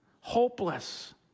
hopeless